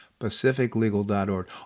pacificlegal.org